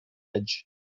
edge